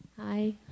Hi